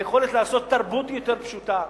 היכולת לעשות תרבות היא יותר פשוטה.